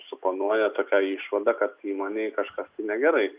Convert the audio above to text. suponuoja tokią išvadą kad įmonėj kažkas tai negerai